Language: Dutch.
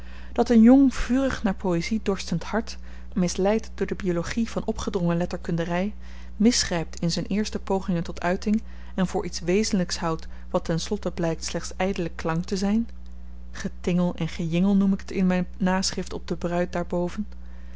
dat een jong vurig naar poëzie dorstend hart misleid door de biologie van opgedrongen letterkundery misgrypt in z'n eerste pogingen tot uiting en voor iets wezenlyks houdt wat ten slotte blykt slechts ydele klank te zyn getingel en gejingel noem ik t in m'n naschrift op de bruid